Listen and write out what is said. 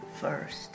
first